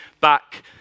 back